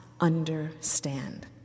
understand